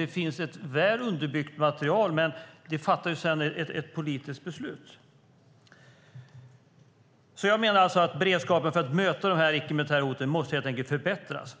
Det finns ett väl underbyggt material, men det fattas ändå ett politiskt beslut. Jag menar att beredskapen för att möta de icke-militära hoten helt enkelt måste förbättras.